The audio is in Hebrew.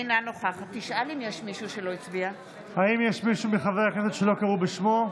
אינה נוכחת האם יש מישהו מחברי הכנסת שלא קראו בשמו?